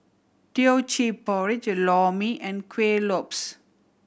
Teochew Porridge Lor Mee and Kueh Lopes